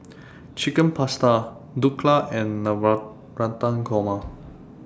Chicken Pasta Dhokla and Navratan Korma